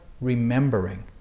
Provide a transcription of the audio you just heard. remembering